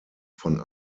von